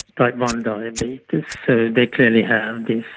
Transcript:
type one diabetes, so they clearly have these